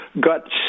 got